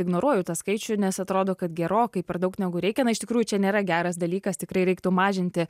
ignoruoju tą skaičių nes atrodo kad gerokai per daug negu reikia na iš tikrųjų čia nėra geras dalykas tikrai reiktų mažinti